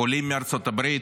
עולים מארצות הברית,